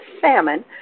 salmon